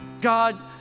God